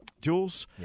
Jules